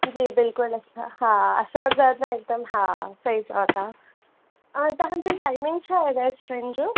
जी बिल्कुलु अच्छा हा असां सां ईंदमि हा सही ॻाल्हि आहे तव्हांजो टाइमिंग छा रेस्टोरंट जो